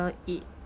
uh eat